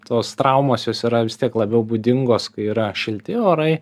tos traumos jos yra vis tiek labiau būdingos kai yra šilti orai